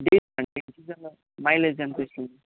diesel mileage ఎంత ఇస్తుంది